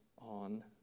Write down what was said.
on